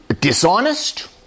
dishonest